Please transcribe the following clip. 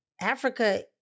Africa